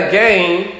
game